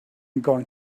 going